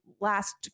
last